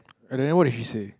and then what did she say